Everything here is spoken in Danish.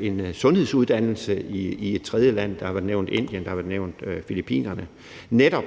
en sundhedsuddannelse i et tredjeland – der er blevet nævnt Indien, der er blevet nævnt Filippinerne – netop